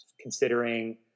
considering